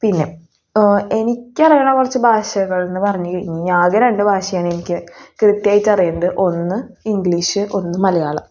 പിന്നെ എനിക്കറിയുന്ന കുറച്ച് ഭാഷകളെന്ന് പറഞ്ഞ് കഴിഞ്ഞാൽ ആകെ രണ്ട് ഭാഷയാണ് എനിക്ക് കൃത്യമായിട്ട് അറിയുന്നത് ഒന്ന് ഇംഗ്ലീഷ് ഒന്ന് മലയാളം